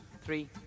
three